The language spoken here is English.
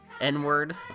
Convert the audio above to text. n-word